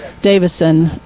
Davison